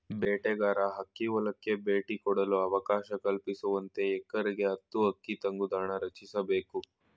ಬೇಟೆಗಾರ ಹಕ್ಕಿ ಹೊಲಕ್ಕೆ ಭೇಟಿ ಕೊಡಲು ಅವಕಾಶ ಕಲ್ಪಿಸುವಂತೆ ಎಕರೆಗೆ ಹತ್ತು ಹಕ್ಕಿ ತಂಗುದಾಣ ರಚಿಸ್ಬೇಕು